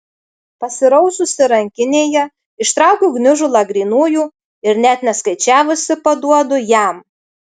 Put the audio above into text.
pasiraususi rankinėje ištraukiu gniužulą grynųjų ir net neskaičiavusi paduodu jam